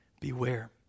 Beware